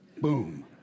Boom